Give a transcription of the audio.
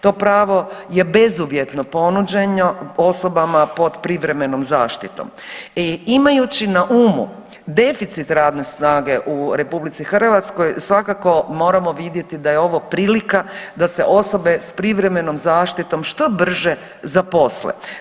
To pravo je bezuvjetno ponuđeno osobama pod privremenom zaštitom i imajući na umu deficit radne snage u RH svakako moramo vidjeti da je ovo prilika da se osobe s privremenom zaštitom što brže zaposle.